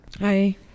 Hi